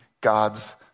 God's